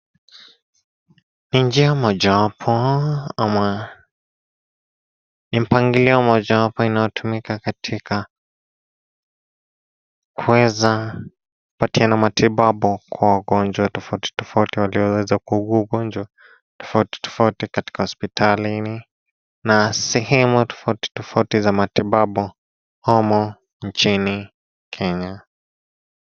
Ni njia mojawapo ama ni mpangilio mojawapo, inayotumika katika kuweza kupatiana matibabu kwa wagonjwa tofauti tofauti, walioweza kuugua ugonjwa tofauti tofauti katika hospitalini na sehemu tofauti tofauti za matibabu humu nchini Kenya.